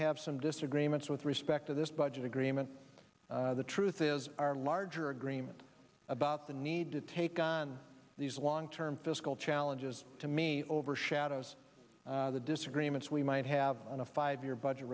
have some disagreements with respect to this budget agreement the truth is our larger agreement about the need to take on these low long term fiscal challenges to me overshadows the disagreements we might have on a five year budget